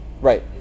Right